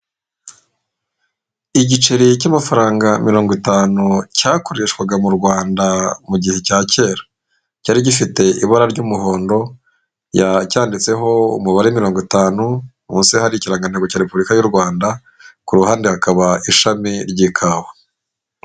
Igiceri cy'amafaranga mirongo itanu cyakoreshwaga mu Rwanda mu gihe cya kera, cyari gifite ibara ry'umuhondo ya cyanyanditseho umubare mirongo itanu, munsi hari ikirangantego cya Repubulika y'u Rwanda, ku ruhande hakaba ishami ry'ikawa.